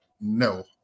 no